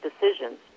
decisions